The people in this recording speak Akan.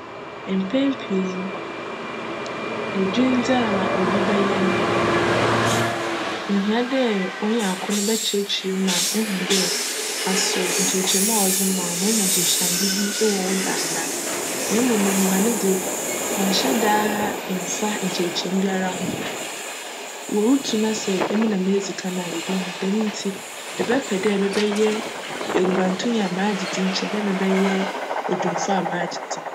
Mpjn pii no, edwindze a obi bjyj no, ohia dj onyaa kor no bjkyerjkyerj mu ma ehu dj aso nkyerjkyerjmu a cdze ma no, onya nsunsuando bi wc wo do anaa. Mbom enguan dze, cnnhyj daa mmfa nkyerjkyerjmu biara ho. Murutu na sj emi na meedzi kan a, ibohu. Djm ntsi mebjpj dj mebjyj enguantonyi a m'agye dzin kyjn dj mebjyj edwimfo a m'agye dzin.